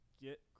get